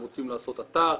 הם רוצים לעשות אתר,